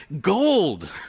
gold